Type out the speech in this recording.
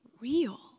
real